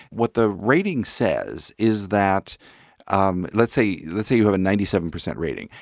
what the rating says is that um let's say let's say you have a ninety seven percent rating.